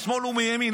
משמאל ומימין,